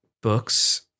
books